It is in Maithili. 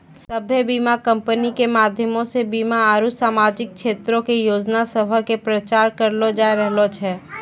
सभ्भे बीमा कंपनी के माध्यमो से बीमा आरु समाजिक क्षेत्रो के योजना सभ के प्रचार करलो जाय रहलो छै